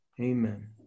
Amen